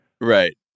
Right